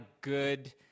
good